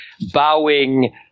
bowing